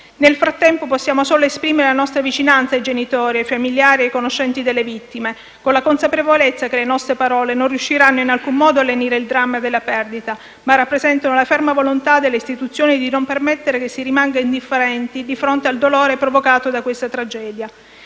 Nel frattempo, possiamo solo esprimere la nostra vicinanza ai genitori, ai familiari e ai conoscenti delle vittime, con la consapevolezza che le nostre parole non riusciranno in alcun modo a lenire il dramma della perdita, ma rappresentano la ferma volontà delle istituzioni di non permettere che si rimanga indifferenti di fronte al dolore provocato da questa tragedia.